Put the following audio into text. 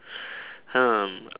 um